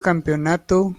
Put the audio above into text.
campeonato